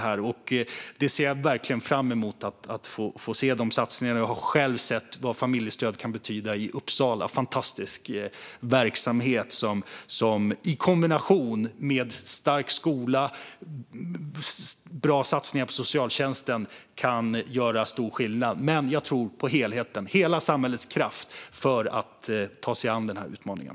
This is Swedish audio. Jag ser verkligen fram emot att få se de satsningarna. I Uppsala har jag själv sett vad familjestöd kan betyda; det är en fantastisk verksamhet som i kombination med en stark skola och bra satsningar på socialtjänsten kan göra stor skillnad. Men jag tror att helheten behövs - hela samhällets kraft - om vi ska kunna ta oss an den här utmaningen.